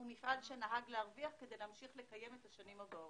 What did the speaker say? הוא מפעל שנהג להרוויח כדי להמשיך לקיים את השנים הבאות.